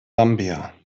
sambia